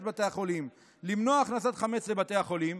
בתי החולים למנוע הכנסת חמץ לבתי החולים,